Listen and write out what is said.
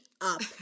up